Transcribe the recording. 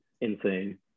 insane